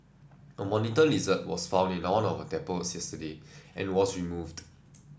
a monitor lizard was found in one of our depots yesterday and was removed